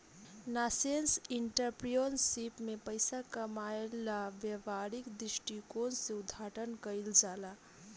nascent entrepreneurship में पइसा कामायेला व्यापारिक दृश्टिकोण से उद्घाटन कईल जाला